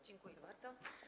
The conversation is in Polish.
Dziękuję bardzo.